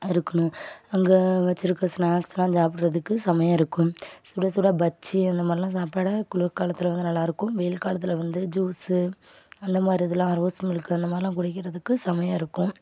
இருக்கணும் அங்கே வச்சுருக்க ஸ்னாக்ஸுலாம் சாப்பிடுறதுக்கு செம்மையாக இருக்கும் சுட சுட பஜ்ஜி அந்த மாதிரிலாம் சாப்பிட குளிர் காலத்தில் வந்து நல்லா இருக்கும் வெயில் காலத்தில் வந்து ஜூஸு அந்த மாதிரி இதெலாம் ரோஸ் மில்க்கு அந்த மாதிரிலாம் குடிக்கிறதுக்கு செமையாக இருக்கும்